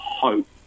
hope